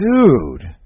Dude